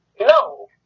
No